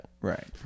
Right